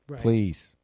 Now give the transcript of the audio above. Please